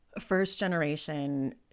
first-generation